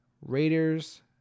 Raiders